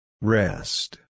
Rest